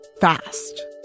fast